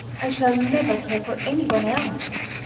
i shall never care for any one else.